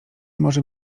może